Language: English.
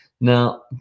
Now